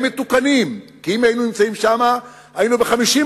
הם מתוקנים, כי אם היינו נמצאים שם, היינו ב-50%.